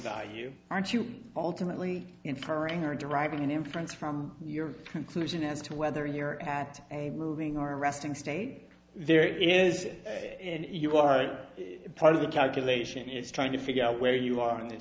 value aren't you ultimately inferring or derive an inference from your conclusion as to whether you're at a moving or resting state there is and you are a part of the calculation is trying to figure out where you are in th